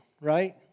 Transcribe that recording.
right